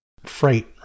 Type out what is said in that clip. fright